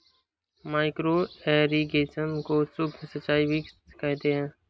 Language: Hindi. माइक्रो इरिगेशन को सूक्ष्म सिंचाई भी कहते हैं